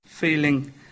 Feeling